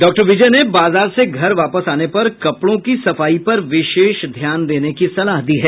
डॉ विजय ने बाजार से घर वापस आने पर कपड़ों की सफाई पर विशेष ध्यान देने की सलाह दी है